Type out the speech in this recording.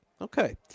Okay